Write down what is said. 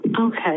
okay